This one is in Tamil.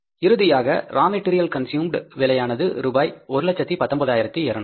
இறுதியாக ரா மெடீரியால் கான்ஸுமேட் விலையானது ரூபாய் 119200 சரியா